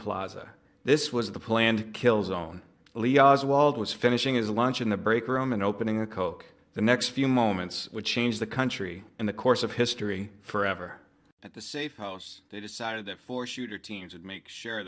plaza this was the planned kill zone as walt was finishing his lunch in the break room and opening the coke the next few moments would change the country in the course of history forever at the safe house they decided that for shooter teams would make sure